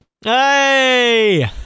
Hey